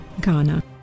Ghana